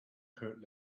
current